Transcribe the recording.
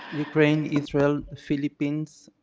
ukraine, israel, philippines,